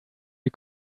you